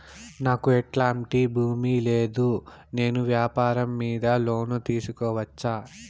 నాకు ఎట్లాంటి భూమి లేదు నేను వ్యాపారం మీద లోను తీసుకోవచ్చా?